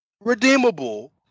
Redeemable